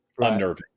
unnerving